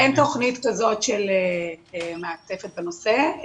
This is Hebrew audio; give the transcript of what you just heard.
אין תכנית כזאת של מעטפת בנושא.